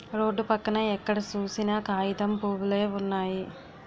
road పక్కన ఎక్కడ సూసినా కాగితం పూవులే వున్నయి